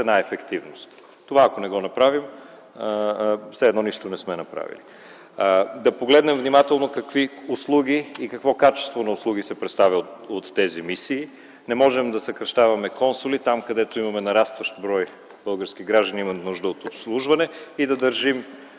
цена-ефективност. Ако не направим това, все едно нищо не сме направили. Да погледнем внимателно какви услуги и какво качество на услуги се предоставя от тези мисии. Не можем да съкращаваме консули там, където има нарастващ брой български граждани и има нужда от обслужване, и да държим